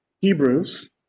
Hebrews